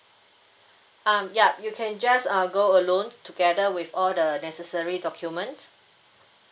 um ya you can just uh go alone together with all the necessary documents